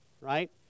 right